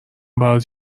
برات